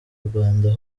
rwanda